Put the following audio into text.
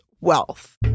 wealth